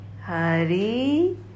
Hari